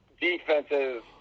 defensive